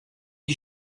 les